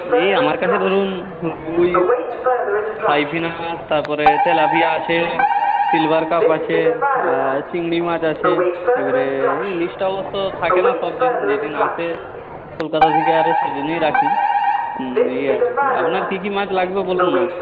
এই আমার কাছে ধরুন রুই সাইপ্রিনাস তারপরে তেলাপিয়া আছে সিলভার কার্প আছে আর চিংড়ি মাছ আছে এবারে ইলিশটা অবশ্য থাকে না সব দিন যেদিন আসে কলকাতা থেকে আরে সেদিনেই রাখি এই আর কি আপনার কী কী মাছ লাগবে বলুন না